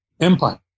Empire